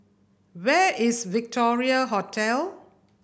where is Victoria Hotel